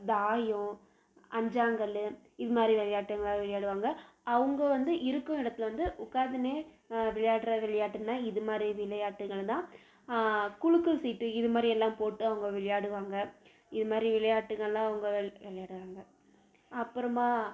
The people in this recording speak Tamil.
தாயம் அஞ்சாங்கல் இது மாதிரி விளையாட்டங்கள் விளையாடுவாங்க அவங்க வந்து இருக்கும் இடத்துலருந்து உக்காந்துனு விளையாடுற விளையாட்டினா இது மாதிரி விளையாட்டுகள் தான் குலுக்கல் சீட்டு இது மாதிரியெல்லாம் போட்டு அவங்க விளையாடுவாங்க இது மாதிரி விளையாட்டுகளெலாம் அவங்க விளையாடுவாங்க அப்புறமா